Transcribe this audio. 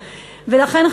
ולכן,